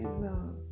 love